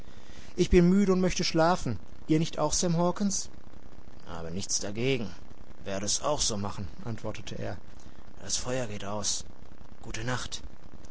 ich bin müde und möchte schlafen ihr nicht auch sam hawkens habe nichts dagegen werde es auch so machen antwortete er das feuer geht aus gute nacht